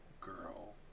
Girl